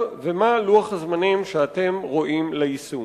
ומהו לוח הזמנים שאתם רואים ליישום?